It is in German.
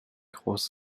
groß